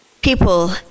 people